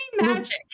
magic